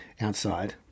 outside